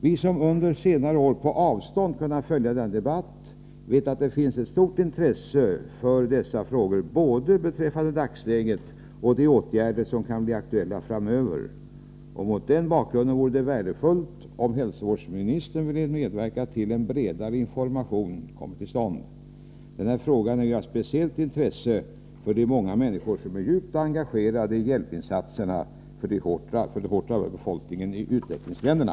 Vi som under senare år på avstånd kunnat följa denna debatt vet att det finns ett stort intresse för dessa frågor beträffande både dagsläget och de åtgärder som kan bli aktuella framöver. Mot denna bakgrund vore det värdefullt om hälsovårdsministern ville medverka till att en bredare information kommer till stånd. Denna fråga är av speciellt intresse för de många människor som är djupt engagerade i hjälpinsatserna för den hårt drabbade befolkningen i utvecklingsländerna.